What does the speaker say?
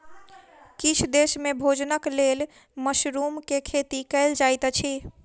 किछ देस में भोजनक लेल मशरुम के खेती कयल जाइत अछि